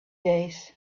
days